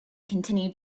continued